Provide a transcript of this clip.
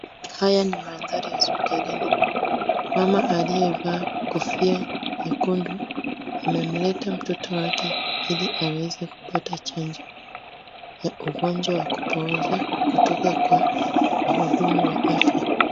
Haya ni mandhari ya hospitalini. Mama aliyevaa kofia nyekundu, amemuleta mtoto wake ili aweze kupata chanjo ya ugonjwa wa kupooza kutoka kwa mhudumu wa afya.